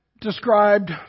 described